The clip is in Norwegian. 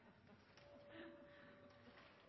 ja